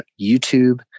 YouTube